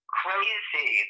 crazy